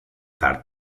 tard